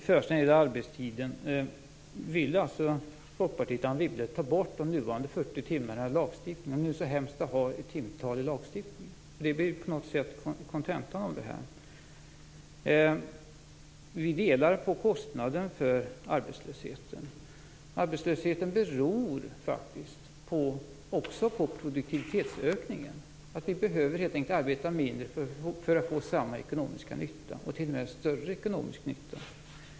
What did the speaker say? Fru talman! Vill alltså Folkpartiet och Anne Wibble ta bort de nuvarande 40 timmarna i lagstiftningen, om det nu är så hemskt att ha timantal i lagstiftningen? Det blir ju på något sätt kontentan av det här. Vi delar på kostnaden för arbetslösheten. Arbetslösheten beror faktiskt också på produktivitetsökningen. Vi behöver helt enkelt arbeta mindre för att få samma ekonomiska nytta eller t.o.m. större ekonomisk nytta.